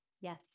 Yes